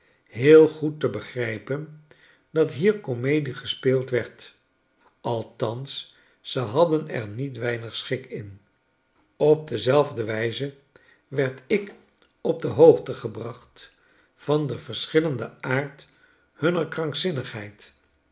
heel goed te begrijpen dat hier comedie gespeeld werd althans ze hadden er niet weinig schik in op dezelfde wjjze werd ik op de hoogte gebracht van den verschillenden aard hunner krankzinnigheid